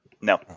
No